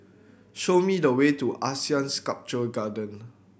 show me the way to ASEAN Sculpture Garden